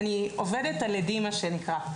אני עובדת על אדים, מה שנקרא.